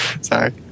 Sorry